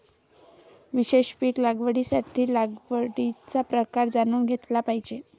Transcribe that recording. विशेष पीक लागवडीसाठी लागवडीचा प्रकार जाणून घेतला पाहिजे